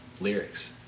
lyrics